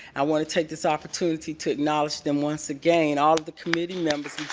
i want to take this opportunity to acknowledge them once again, all the committee members.